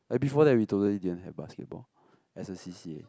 like before that we totally didn't have basketball as a C_C_A